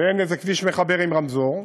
ואין איזה כביש מחבר עם רמזור.